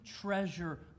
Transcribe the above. treasure